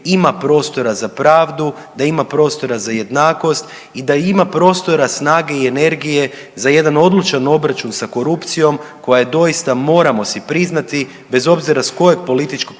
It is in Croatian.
ima prostora za pravdu, da ima prostora za jednakost i da ima prostora, snage i energije za jedan odlučan obračun sa korupcijom koja je doista moramo si priznati bez obzira s kojeg političkog